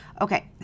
okay